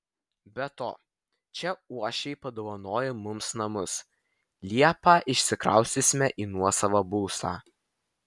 be to čia uošviai padovanojo mums namus liepą išsikraustysime į nuosavą būstą